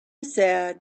sad